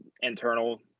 internal